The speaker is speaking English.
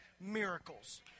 miracles